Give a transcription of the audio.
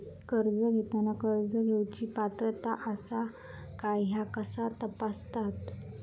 कर्ज घेताना कर्ज घेवची पात्रता आसा काय ह्या कसा तपासतात?